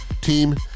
team